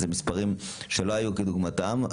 אלה מספרים שלא היו כדוגמתם.